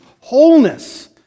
wholeness